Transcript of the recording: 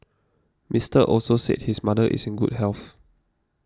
Mister Also said his mother is in good health